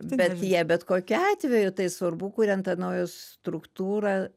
bet jie bet kokiu atveju tai svarbu kuriant tą naują struktūrą